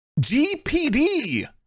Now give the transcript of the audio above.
GPD